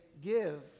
Give